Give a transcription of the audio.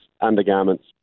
undergarments